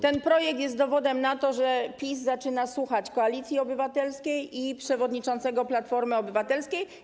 Ten projekt jest dowodem na to, że PiS zaczyna słuchać Koalicji Obywatelskiej i przewodniczącego Platformy Obywatelskiej.